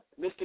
Mr